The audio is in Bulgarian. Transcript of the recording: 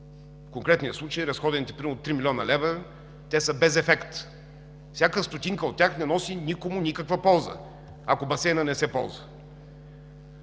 В конкретния случай разходените примерно 3 млн. лв. са без ефект. Всяка стотинка от тях не носи никому никаква полза, ако басейнът не се ползва.